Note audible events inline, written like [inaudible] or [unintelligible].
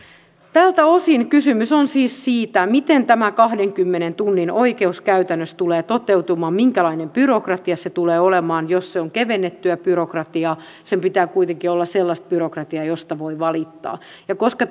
tältä osin kysymys on siis siitä miten tämä kahdenkymmenen tunnin oikeus käytännössä tulee toteutumaan minkälainen byrokratia se tulee olemaan jos se on kevennettyä byrokratiaa sen pitää kuitenkin olla sellaista byrokratiaa josta voi valittaa ja koska [unintelligible]